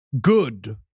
good